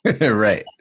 Right